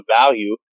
value